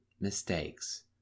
mistakes